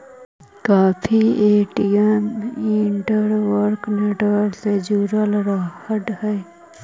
काफी ATM interbank network से जुड़ल रहऽ हई